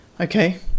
Okay